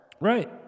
Right